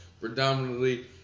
predominantly